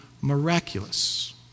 miraculous